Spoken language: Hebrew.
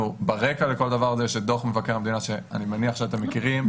ברקע לכל הדבר הזה יש את דוח מבקר המדינה שאני מניח שאתם מכירים.